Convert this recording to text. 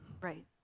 Right